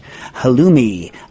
halloumi